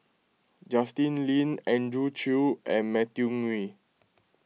Justin Lean Andrew Chew and Matthew Ngui